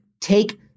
take